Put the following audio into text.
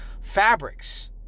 fabrics